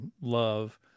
love